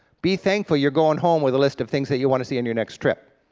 be thankful you're going home with a list of things that you want to see on your next trip,